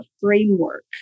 framework